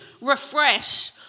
Refresh